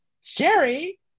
Sherry